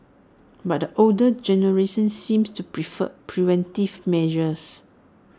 but the older generation seems to prefer preventive measures